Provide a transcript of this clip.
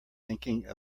thinking